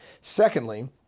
Secondly